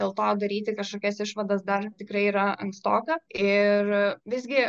dėl to daryti kažkokias išvadas dar tikrai yra ankstoka ir visgi